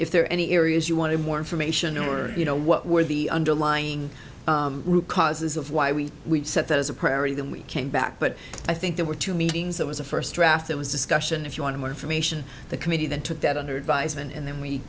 if there are any areas you wanted more information or were you know what were the underlying root causes of why we set that as a priority then we came back but i think there were two meetings there was a first draft there was discussion if you want more information the committee that took that under advisement and then we